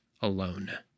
alone